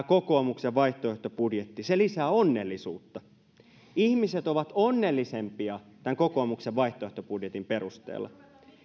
kokoomuksen vaihtoehtobudjetti lisää onnellisuutta ihmiset ovat onnellisempia kokoomuksen vaihtoehtobudjetin perusteella